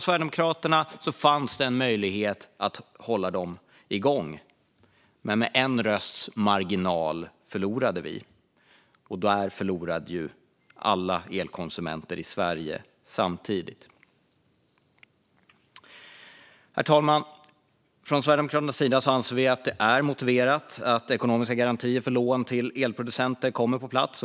Sverigedemokraterna hade förslag som gav möjlighet att hålla dessa igång, men med en rösts marginal förlorade vi. Där förlorade alla elkonsumenter i Sverige samtidigt. Herr talman! Vi i Sverigedemokraterna anser att det är motiverat att ekonomiska garantier för lån till elproducenter kommer på plats.